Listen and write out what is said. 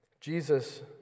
Jesus